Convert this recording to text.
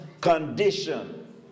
condition